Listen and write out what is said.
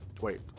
wait